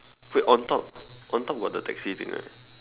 wait on top on top got the taxi thing right